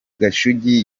gashugi